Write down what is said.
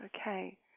Okay